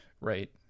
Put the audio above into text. right